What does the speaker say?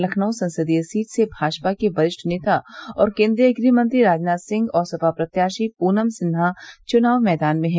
लखनऊ संसदीय सीट से भाजपा के वरिष्ठ नेता और केन्द्रीय गृहमंत्री राजनाथ सिंह और सपा प्रत्याशी पूनम सिन्हा चुनाव मैदान में हैं